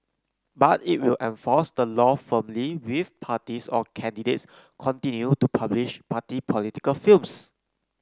but it will enforce the law firmly if parties or candidates continue to publish party political films